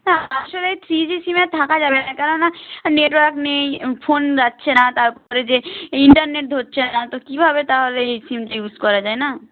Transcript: না আসলে three G সিমে আর থাকা যাবে না কেননা নেটওয়ার্ক নেই ফোন যাচ্ছে না তারপরে যে ইন্টারনেট ধরছে না তো কীভাবে তাহলে এই সিমটা ইউজ করা যায় না